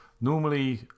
Normally